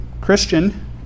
Christian